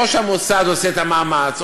או שהמוסד עושה את המאמץ,